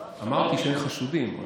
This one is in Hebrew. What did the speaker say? אמרתי שאין חשודים.